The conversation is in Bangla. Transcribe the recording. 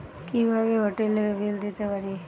কিভাবে হোটেলের বিল দিতে পারি?